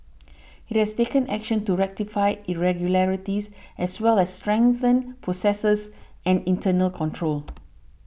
it has taken action to rectify irregularities as well as strengthen processes and internal controls